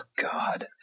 God